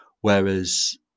Whereas